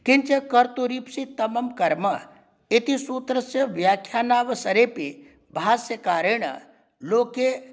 किञ्च कर्तुरीप्सिततमं कर्म इति सूत्रस्य व्याख्यानावसरेऽपि भाष्यकारेण लोके